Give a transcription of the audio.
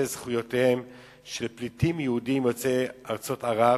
זכויותיהם של פליטים יהודים יוצאי ארצות ערב.